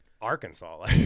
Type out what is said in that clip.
Arkansas